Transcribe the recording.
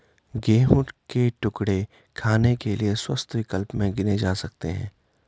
गेहूं के टुकड़े खाने के लिए स्वस्थ विकल्प में गिने जा सकते हैं